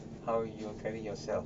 how you carry yourself